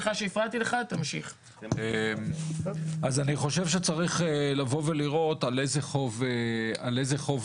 אני חושב שצריך לבוא ולראות על איזה חוב מדובר,